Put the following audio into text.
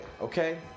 okay